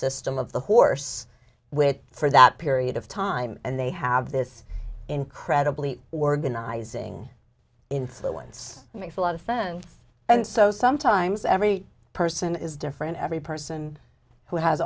system of the horse which for that period of time and they have this incredibly organizing influence makes a lot of fans and so sometimes every person is different every person who has